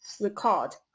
record